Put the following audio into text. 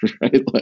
right